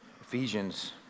Ephesians